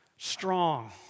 strong